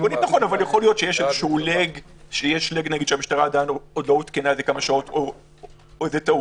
אבל אולי יש פער שהמשטרה לא עודכנה או טעות.